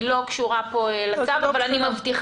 היא לא קשור לצו שלפנינו אבל אני מבטיחה